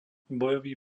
bojový